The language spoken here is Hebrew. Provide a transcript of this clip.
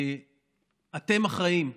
אתם אחראים,